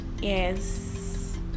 yes